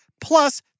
plus